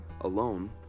alone